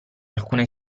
alcune